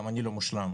גם אני לא מושלם,